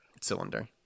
cylinder